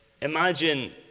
imagine